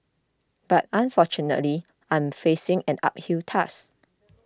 but unfortunately I'm facing an uphill task